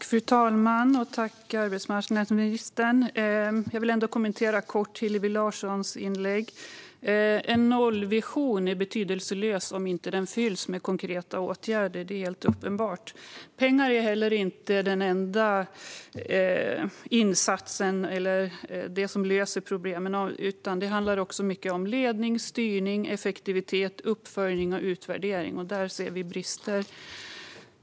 Fru talman! Jag vill kort kommentera Hillevi Larssons inlägg. En nollvision är betydelselös om den inte fylls med konkreta åtgärder. Det är helt uppenbart. Pengar är inte heller den enda insatsen som löser problem, utan det handlar också mycket om ledning, styrning, effektivitet, uppföljning och utvärdering. Där ser vi brister.